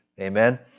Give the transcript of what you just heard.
Amen